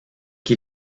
qui